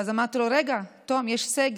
ואז אמרתי לו: רגע, תום, יש סגר.